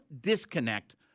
disconnect